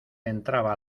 entraba